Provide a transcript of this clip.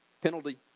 Penalty